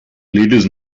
ladies